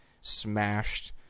smashed